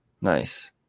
Nice